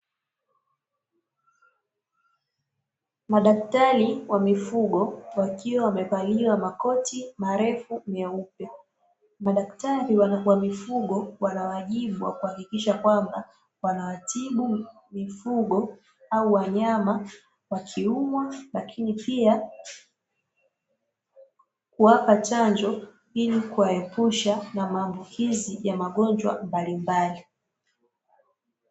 Madaktari wa mifugo wakiwa wamevalia makoti marefu meupe. Madaktari wa mifugo wana wajibu wa kuhakikisha kwamba wanawatibu mifugo au wanyama wakiumwa, lakini pia kuwapa chanjo ili kuwaepusha na maambukizi ya magonjwa mbalimbali.